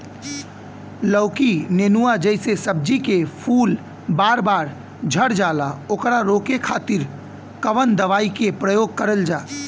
लौकी नेनुआ जैसे सब्जी के फूल बार बार झड़जाला ओकरा रोके खातीर कवन दवाई के प्रयोग करल जा?